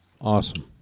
Awesome